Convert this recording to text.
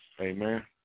Amen